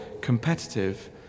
competitive